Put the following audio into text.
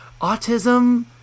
autism